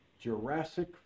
Jurassic